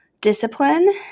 discipline